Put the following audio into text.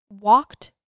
walked